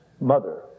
mother